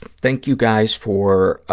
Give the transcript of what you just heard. thank you, guys, for